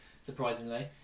surprisingly